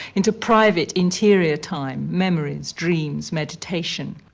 into private interior time, memories, dreams, meditation.